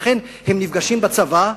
לכן, הם נפגשים בצבא.